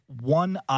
one